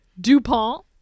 Dupont